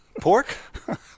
Pork